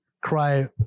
Cry